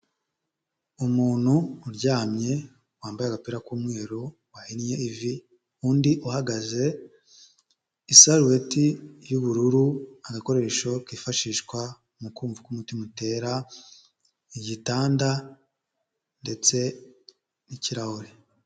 Umuntu uryamye wambaye agapira k'umweru wahinnye ivi, undi uhagaze, isarueti y'ubururu, agakoresho kifashishwa mu kumva umutima utera, igitanda ndetse n'kirahure.